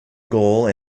goal